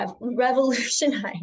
revolutionized